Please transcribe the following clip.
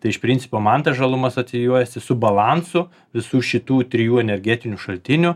tai iš principo man tas žalumas socijuojasi su balansu visų šitų trijų energetinių šaltinių